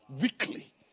weekly